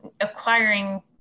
acquiring